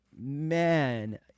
man